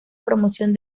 promoción